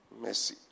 Mercy